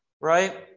right